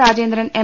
Rajendran M